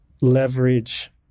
leverage